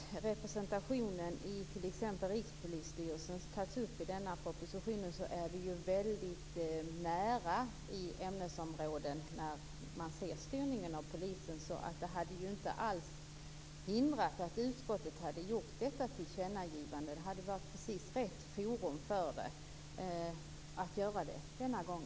Fru talman! Även om inte just representationen i t.ex. Rikspolisstyrelsen tas upp i denna proposition ligger detta ämnesområde mycket nära när man ser styrningen av polisen. Det hade alltså inte alls hindrat att utskottet hade gjort detta tillkännagivande. Det hade varit precis rätt forum att göra det denna gång.